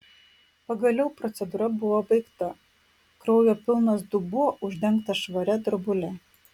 pagaliau procedūra buvo baigta kraujo pilnas dubuo uždengtas švaria drobule